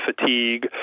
fatigue